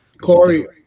Corey